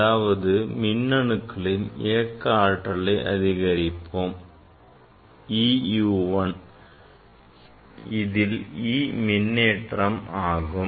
அதாவது மின் அணுக்களின் இயக்க ஆற்றலை அதிகரிப்போம் e U 1 இதில் e மின்னேற்றம் ஆகும்